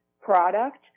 product